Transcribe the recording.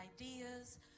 ideas